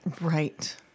Right